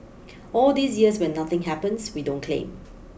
all these years when nothing happens we don't claim